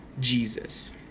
Jesus